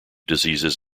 diseases